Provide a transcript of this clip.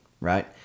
right